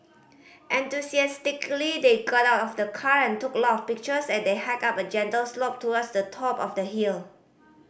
enthusiastically they got out of the car and took a lot of pictures as they hiked up a gentle slope towards the top of the hill